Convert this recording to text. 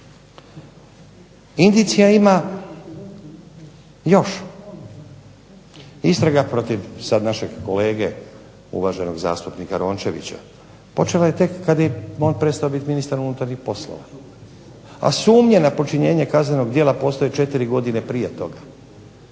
Indicija ima još. Istraga protiv sad našeg kolege uvaženog zastupnika Rončevića počela je tek kad je on prestao biti ministar unutarnjih poslova, a sumnje na počinjenje kaznenog djela postoje 4 godine prije toga.